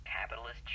Capitalist